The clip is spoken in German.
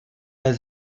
der